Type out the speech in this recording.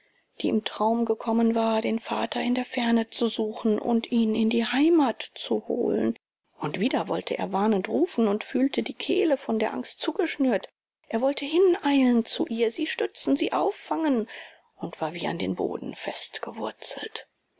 die im traum gekommen war den vater in der ferne zu suchen und ihn in die heimat zu holen und wieder wollte er warnend rufen und fühlte die kehle von der angst zugeschnürt er wollte hineilen zu ihr sie stützen sie auffangen und war wie an den boden